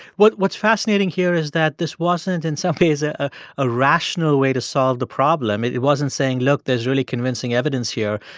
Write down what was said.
but what's fascinating here is that this wasn't, in some ways, a ah rational way to solve the problem. it it wasn't saying, look there's really convincing evidence here.